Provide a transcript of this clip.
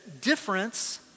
difference